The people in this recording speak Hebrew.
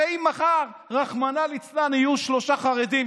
הרי אם מחר, רחמנא ליצלן, יהיו שם שלושה חרדים.